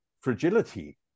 fragility